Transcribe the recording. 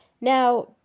now